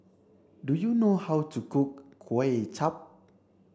do you know how to cook Kuay Chap